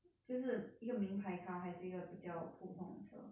就是一个名牌 car 还是一个比较普通的车